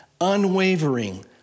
unwavering